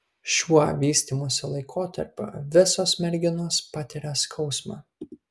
šiuo vystymosi laikotarpiu visos merginos patiria skausmą